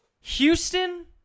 Houston